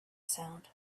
sound